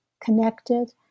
connected